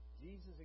Jesus